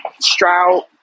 Stroud